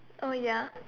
oh ya